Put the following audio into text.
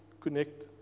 connect